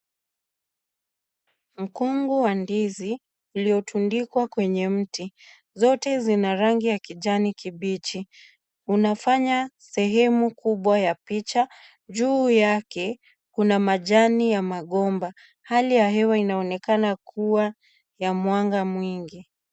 Mkungu wa ndizi uliyotundikwa kwenye mti zote zina rangi ya kijani kibichi, unafanya sehemu kubwa ya picha juu yake kuna majani ya magomba, hali ya hewa inaonekana kuwa ya mwanga wingi.